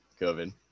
covid